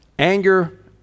Anger